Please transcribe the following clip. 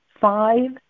five